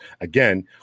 again